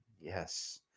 Yes